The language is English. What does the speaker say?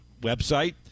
website